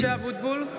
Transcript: (קוראת בשמות חברי הכנסת) משה אבוטבול,